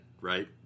right